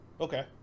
okay